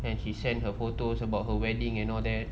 and she sent her photos about her wedding and all that